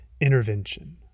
intervention